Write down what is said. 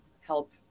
help